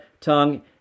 tongue